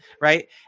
Right